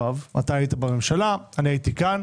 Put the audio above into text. אתה היית בממשלה ואני הייתי כאן,